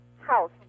house